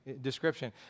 description